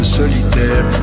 solitaire